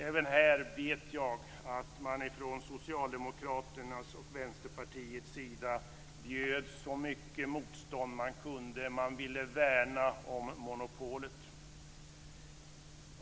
Även här vet jag att man från Socialdemokraternas och Vänsterpartiets sida bjöd så mycket motstånd man kunde - man ville värna om monopolet.